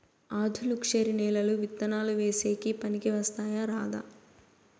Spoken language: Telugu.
ఆధులుక్షరి నేలలు విత్తనాలు వేసేకి పనికి వస్తాయా రాదా?